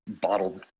bottled